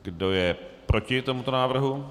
Kdo je proti tomuto návrhu?